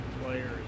players